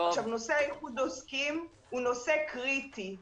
נושא איחוד העוסקים הוא נושא קריטי.